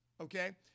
okay